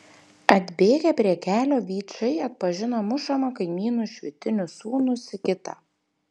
atbėgę prie kelio vyčai atpažino mušamą kaimynu švitinių sūnų sigitą